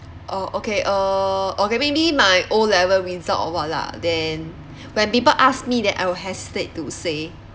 uh okay uh okay maybe my o level result or what lah then when people ask me then I will hesitate to say